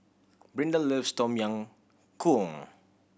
Brinda loves Tom Yam Goong